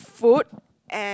food and